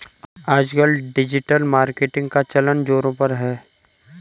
आजकल digital marketing का चलन ज़ोरों पर है